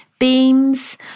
Beams